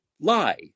lie